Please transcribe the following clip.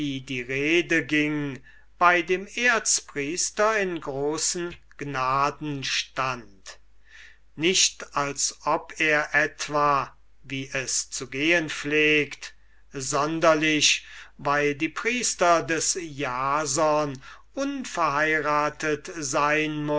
die rede ging bei dem erzpriester in großen gnaden stund nicht als ob er etwan wie es zu gehen pflegt sonderlich weil die priester des jasons unverheiratet sein